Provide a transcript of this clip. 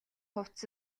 хувцас